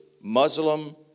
Muslim